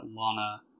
Lana